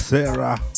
Sarah